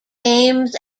games